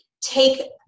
take